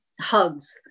hugs